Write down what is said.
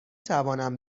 توانم